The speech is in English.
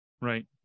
right